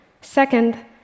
Second